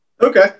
okay